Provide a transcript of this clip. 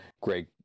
Greg